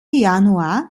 januar